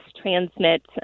transmit